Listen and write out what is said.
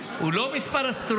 הוא לא אסטרונומי,